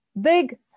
Big